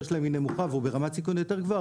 שלהם היא נמוכה והוא ברמת סיכון יותר גבוהה,